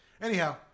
anyhow